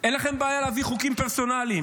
אין לכם בעיה להביא חוקים פרסונליים,